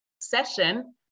session